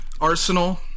arsenal